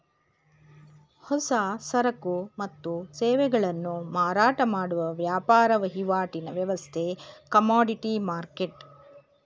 ಹೊಸ ಸರಕು ಮತ್ತು ಸೇವೆಗಳನ್ನು ಮಾರಾಟ ಮಾಡುವ ವ್ಯಾಪಾರ ವಹಿವಾಟಿನ ವ್ಯವಸ್ಥೆ ಕಮೋಡಿಟಿ ಮರ್ಕೆಟ್